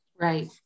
right